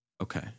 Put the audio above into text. okay